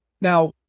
Now